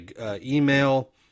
email